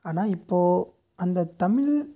ஆனால் இப்போது அந்த தமிழ்